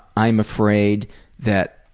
i'm afraid that